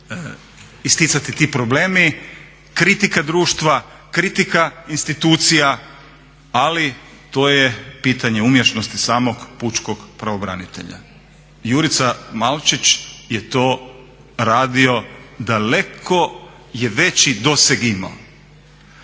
isticati ti problemi, kritika društva, kritika institucija ali to je pitanje umješnosti samog pučkog pravobraniteljica. Jurica Malčić je to radio, daleko je veći doseg imao.